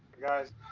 guys